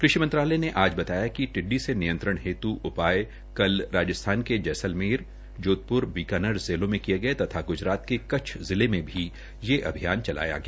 कृषि मंत्रालय ने आज बताया कि टिड्डी से नियंत्रण हेतु उपाये कल राजस्थान के जैसलमेर जोधपुर बीकानेर जिलों में किये गये तथा ग्रजरात के कच्छ जिले में भी ये अभियान चलाया गया